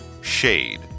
Shade